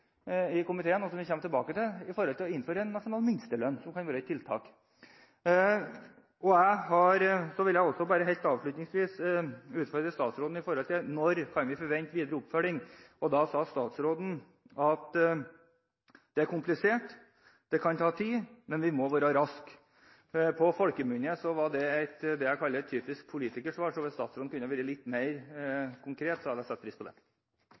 i komiteen, og som vi kommer tilbake til, med hensyn til å innføre en nasjonal minstelønn, som kan være et tiltak. Jeg vil bare helt avslutningsvis utfordre statsråden på når vi kan forvente videre oppfølging. Statsråden sa at det er komplisert, det kan ta tid, men vi må være raske. På folkemunne var det det jeg kaller et typisk politikersvar, så hvis statsråden kunne være litt mer konkret, hadde jeg satt pris på det.